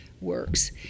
works